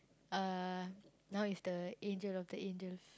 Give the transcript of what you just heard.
uh now is the angel of the angels